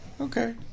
Okay